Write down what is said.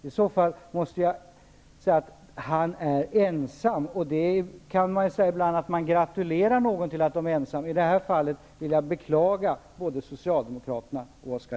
I så fall måste jag säga att han är ensam. Ibland kan man gratulera någon till att vara ensam, men i det här fallet vill jag beklaga både Socialdemokraterna och Oskar